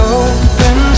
open